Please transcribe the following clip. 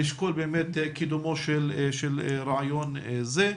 לשקול קידומו של רעיון זה.